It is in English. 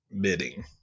bidding